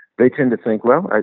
they tend to think, well,